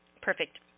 Perfect